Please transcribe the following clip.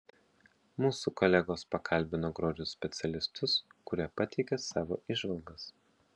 mūsų kolegos pakalbino grožio specialistus kurie pateikė savo įžvalgas